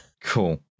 Cool